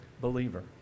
believer